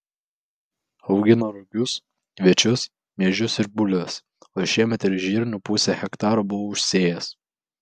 augina rugius kviečius miežius ir bulves o šiemet ir žirnių pusę hektaro buvo užsėjęs